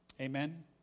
Amen